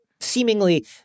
seemingly